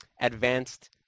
advanced